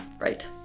Right